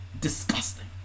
disgusting